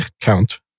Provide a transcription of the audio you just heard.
count